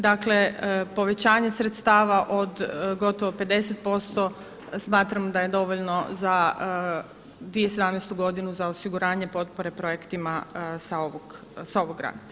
Dakle povećanje sredstava od gotovo 50% smatram da je dovoljno za 2017. godinu za osiguranje potpore projektima sa ovog